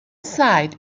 site